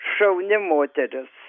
šauni moteris